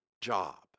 job